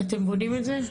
אתם בונים את זה.